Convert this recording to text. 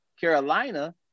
Carolina